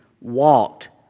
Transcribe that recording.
walked